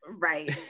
Right